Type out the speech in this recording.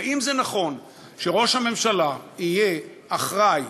האם זה נכון שראש הממשלה יהיה אחראי,